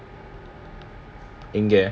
எங்க:enga